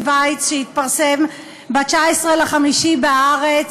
וייץ שהתפרסם ב-19 במאי 2016 ב"הארץ".